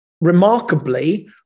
Remarkably